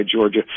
Georgia